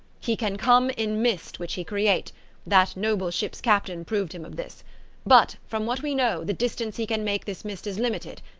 he can come in mist which he create that noble ship's captain proved him of this but, from what we know, the distance he can make this mist is limited,